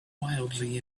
wildly